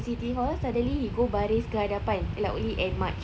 in city hall suddenly you go baris ke hadapan like only end march